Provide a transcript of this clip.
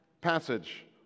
passage